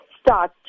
start